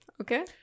okay